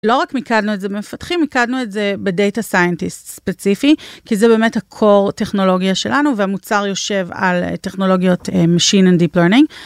לא רק מיקדנו את זה במפתחים, מיקדנו את זה בדאטה סיינטיסט ספציפי כי זה באמת הcore טכנולוגיה שלנו והמוצר יושב על טכנולוגיות Machine and Deep Learning.